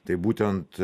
tai būtent